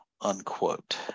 unquote